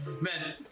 men